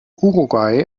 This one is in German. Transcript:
uruguay